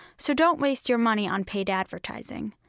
so don't waste your money on paid advertising.